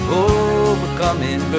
overcoming